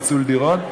פיצול דירות,